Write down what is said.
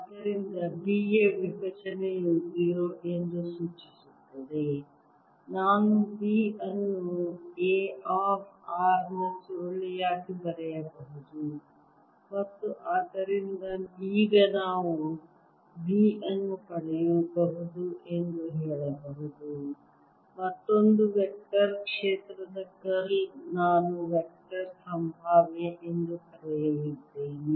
ಆದ್ದರಿಂದ B ಯ ವಿಭಜನೆಯು 0 ಎಂದು ಸೂಚಿಸುತ್ತದೆ ನಾನು B ಅನ್ನು A ಆಫ್ r ನ ಸುರುಳಿಯಾಗಿ ಬರೆಯಬಹುದು ಮತ್ತು ಆದ್ದರಿಂದ ಈಗ ನಾವು B ಅನ್ನು ಪಡೆಯಬಹುದು ಎಂದು ಹೇಳಬಹುದು ಮತ್ತೊಂದು ವೆಕ್ಟರ್ ಕ್ಷೇತ್ರದ ಕರ್ಲ್ ನಾನು ವೆಕ್ಟರ್ ಸಂಭಾವ್ಯ ಎಂದು ಕರೆಯಲಿದ್ದೇನೆ